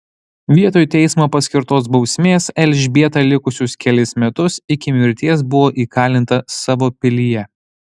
vietoj teismo paskirtos bausmės elžbieta likusius kelis metus iki mirties buvo įkalinta savo pilyje